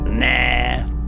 Nah